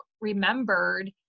remembered